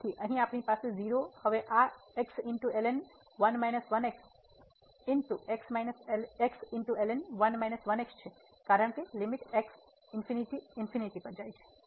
તેથી અહીં આપણી પાસે 0 હવે આ છે કારણ કે લીમીટ x પર જાય છે